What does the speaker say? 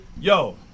Yo